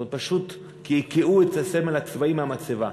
הם פשוט קעקעו את הסמל הצבאי מהמצבה.